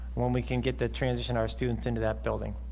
when we can get the transition our students into that building